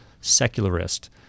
secularist